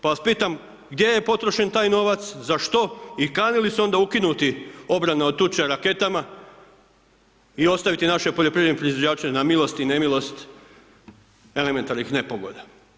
Pa vas pitam, gdje je potrošen taj novac, za što i kani li se onda ukinuti obrana od tuče raketama i ostaviti naše poljoprivredne proizvođače na milost i nemilost elementarnih nepogoda.